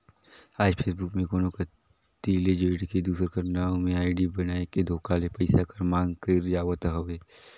आएज फेसबुक में कोनो कती ले जुइड़ के, दूसर कर नांव में आईडी बनाए के धोखा ले पइसा कर मांग करई जावत हवे